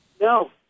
No